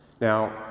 Now